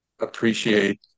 appreciate